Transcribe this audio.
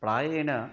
प्रायेण